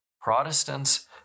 Protestants